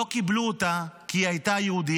לא קיבלו אותה כי היא הייתה יהודייה.